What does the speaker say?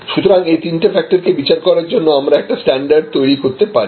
সুতরাং এই তিনটি ফ্যাক্টরকে বিচার করার জন্য আমরা একটা স্ট্যান্ডার্ড তৈরি করতে পারি